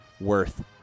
worth